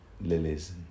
lilies